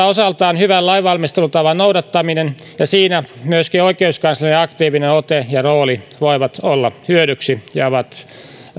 osaltaan hyvän lainvalmistelutavan noudattaminen ja siinä myöskin oikeuskanslerin aktiivinen ote ja rooli voivat olla hyödyksi ja ovat